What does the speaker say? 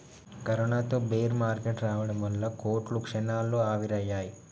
కరోనాతో bear market రావడం వల్ల వేల కోట్లు క్షణాల్లో ఆవిరయ్యాయి